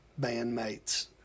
bandmates